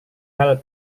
hal